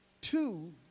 two